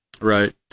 right